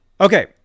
Okay